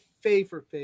favorite